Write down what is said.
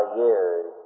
years